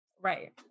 right